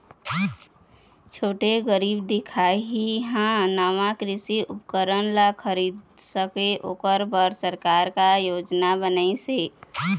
छोटे गरीब दिखाही हा नावा कृषि उपकरण ला खरीद सके ओकर बर सरकार का योजना बनाइसे?